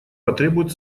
потребует